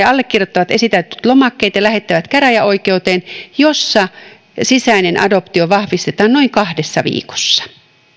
allekirjoittavat esitäytetyt lomakkeet ja lähettävät käräjäoikeuteen jossa sisäinen adoptio vahvistetaan noin kahdessa viikossa